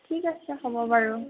ঠিক আছে হ'ব বাৰু